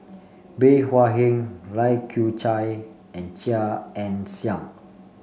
Bey Hua Heng Lai Kew Chai and Chia Ann Siang